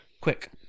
quick